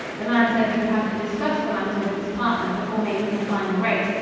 the man said he would have to discuss the matter with his partner before making a final rate.